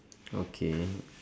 okay